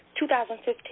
2015